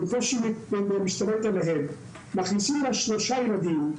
היא בקושי משתלטת עליהם, מכניסים לה שלושה ילדים,